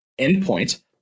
endpoint